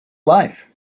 life